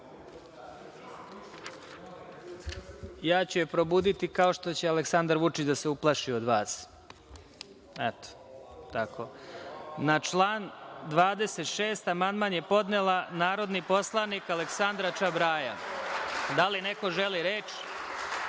Ja ću je probuditi kao što će Aleksandar Vučić da se uplaši od vas. Na član 26. amandman je podnela narodni poslanik Aleksandra Čabraja. Da li neko želi reč?